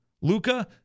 Luca